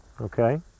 okay